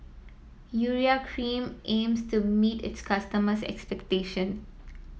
Urea Cream aims to meet its customers' expectations